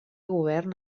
govern